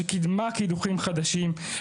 שקידמה קידוחים חדשים,